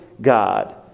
God